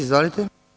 Izvolite.